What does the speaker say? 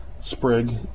sprig